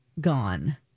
gone